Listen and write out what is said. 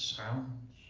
sounds.